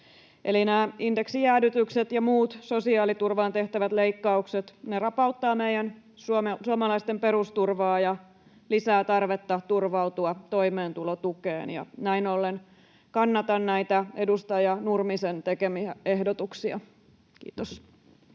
nämä indeksijäädytykset ja muut sosiaaliturvaan tehtävät leikkaukset rapauttavat meidän suomalaisten perusturvaa ja lisäävät tarvetta turvautua toimeentulotukeen. Näin ollen kannatan näitä edustaja Nurmisen tekemiä ehdotuksia. — Kiitos.